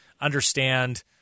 understand